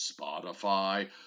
Spotify